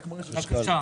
בבקשה.